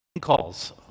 calls